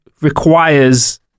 requires